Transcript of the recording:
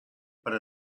per